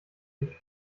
sich